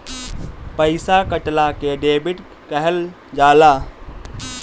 पइसा कटला के डेबिट कहल जाला